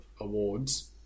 awards